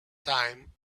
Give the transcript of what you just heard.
time